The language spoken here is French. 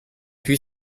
puis